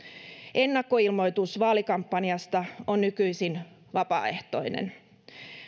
ennakkoilmoitus vaalikampanjasta on nykyisin vapaaehtoinen